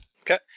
Okay